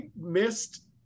missed